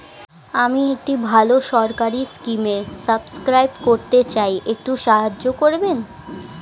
আমি একটি ভালো সরকারি স্কিমে সাব্সক্রাইব করতে চাই, একটু সাহায্য করবেন?